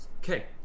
Okay